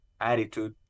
attitude